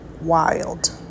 wild